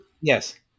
Yes